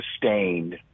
sustained